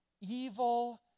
evil